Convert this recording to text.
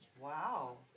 Wow